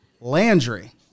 Landry